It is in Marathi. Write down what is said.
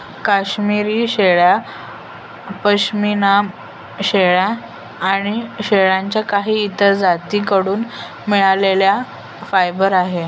काश्मिरी शेळ्या, पश्मीना शेळ्या आणि शेळ्यांच्या काही इतर जाती कडून मिळालेले फायबर आहे